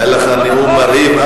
היה לך נאום מרהיב,